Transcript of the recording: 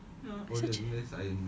really such a